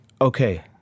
okay